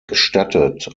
gestattet